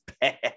bad